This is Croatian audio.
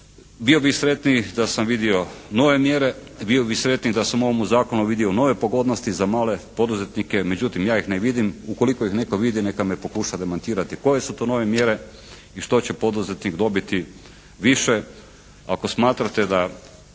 Bio bih sretniji da sam vidio nove mjere. bio bih sretniji da sam u ovome zakonu vidio nove pogodnosti za male poduzetnike, međutim ja ih ne vidim. Ukoliko ih netko vidi neka me pokuša demantirati koje su to nove mjere i što će poduzetnik dobiti više. Ako smatrate da